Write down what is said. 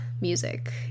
music